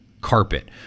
carpet